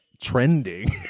trending